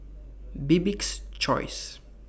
Bibik's Choice